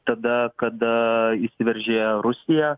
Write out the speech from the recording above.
tada kada įsiveržė rusija